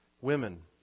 Women